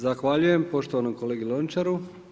Zahvaljujem poštovanom kolegi Lončaru.